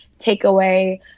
takeaway